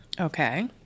Okay